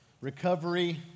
Recovery